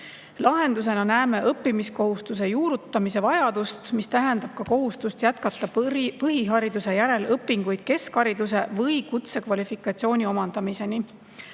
Lahendusena näeme õppimiskohustuse juurutamist, mis tähendab ka kohustust jätkata põhihariduse järel õpinguid keskhariduse või kutsekvalifikatsiooni omandamiseni.